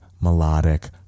melodic